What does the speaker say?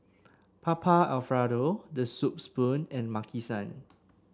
Papa Alfredo The Soup Spoon and Maki San